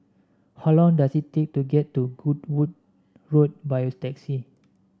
how long does it take to get to Goodwood Road by taxi